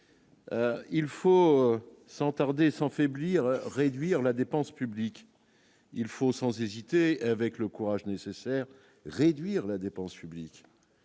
Il faut sans tarder, sans faiblir, réduire la dépense publique, il faut sans IT avec le courage nécessaire : réduire la dépense publique,